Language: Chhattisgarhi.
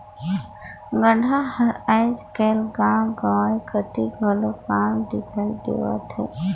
गाड़ा हर आएज काएल गाँव गंवई कती घलो कम दिखई देवत हे